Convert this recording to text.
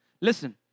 Listen